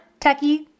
techie